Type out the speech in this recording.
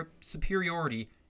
superiority